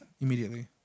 immediately